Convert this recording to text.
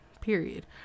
period